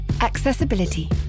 Accessibility